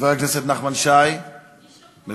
חבר הכנסת נחמן שי, מוותר,